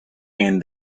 and